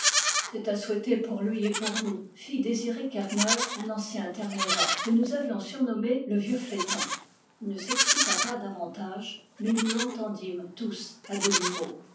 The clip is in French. c'est à souhaiter pour lui et pour nous fit désiré kerneur un ancien terre neuvas que nous avions surnommé le vieux flétan il ne s'expliqua pas davantage mais nous l'entendîmes tous à demi-mot